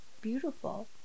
beautiful